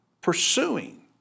pursuing